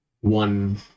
One